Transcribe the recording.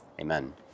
Amen